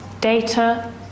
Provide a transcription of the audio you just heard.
data